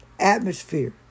Atmosphere